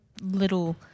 little